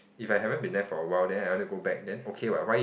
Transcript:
if I haven't been there for a while then I want to go back then okay what why